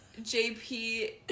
JP